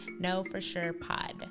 KnowForSurePod